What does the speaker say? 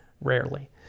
rarely